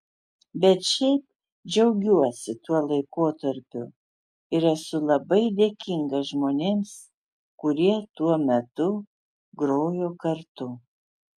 bet šiaip džiaugiuosi tuo laikotarpiu ir esu labai dėkingas žmonėms kurie tuo metu grojo kartu